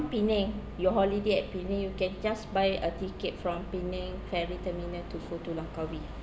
penang you holiday at penang you can just buy a ticket from penang ferry terminal to for to langkawi